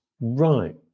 Right